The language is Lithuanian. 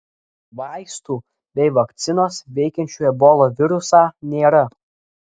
vaistų bei vakcinos veikiančių ebola virusą nėra